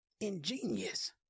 Ingenious